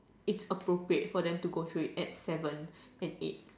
it's appropriate for them to go through it at seven and eight